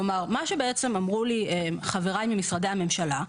כלומר, מה שבעצם אמרו לי חבריי ממשרדי הממשלה,